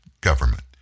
government